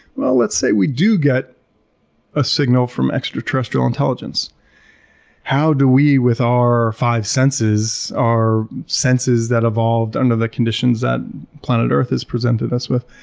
well let's say we do get a signal from extraterrestrial intelligence how do we, with our five senses, our senses that evolved under the conditions that planet earth has presented us with.